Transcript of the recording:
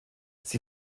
sie